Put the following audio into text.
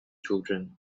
children